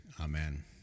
amen